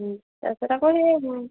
তাৰপিছত আকৌ সেই